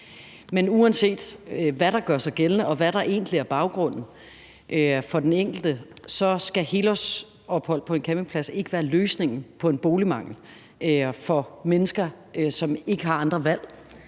men uanset hvad der gør sig gældende og hvad der egentlig er baggrunden for den enkelte, skal helårsophold på en campingplads ikke være løsningen på en boligmangel for mennesker, som ikke har andre valg.